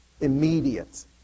immediate